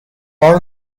are